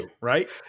right